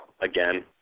again